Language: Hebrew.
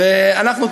ואנחנו,